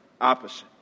opposite